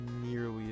nearly